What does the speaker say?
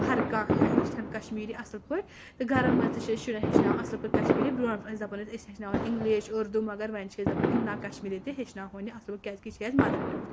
ہَرٕ کانٛہہ ہیٚچھان کَشمیٖری اَصٕل پٲٹھۍ تہٕ گَرَن منٛز تہِ چھِ أسۍ شُرٮ۪ن ہیٚچھناوان اَصٕل پٲٹھۍ کَشمیٖری برٛونٛٹھ أسۍ دَپان ٲسی أسی ہیٚچھناوَن اِنٛگلِش اُردو مگر وۄنۍ چھِ أسۍ دَپان کہِ نَہ کشمیٖری تہِ ہیٚچھناوہون یہِ اَصٕل کیٛازکہِ یہِ چھِ اَسہِ مَدَر ٹَنٛگ